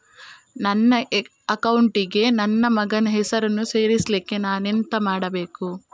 ನನ್ನ ಅಕೌಂಟ್ ಗೆ ನನ್ನ ಮಗನ ಹೆಸರನ್ನು ಸೇರಿಸ್ಲಿಕ್ಕೆ ನಾನೆಂತ ಮಾಡಬೇಕು?